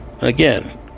Again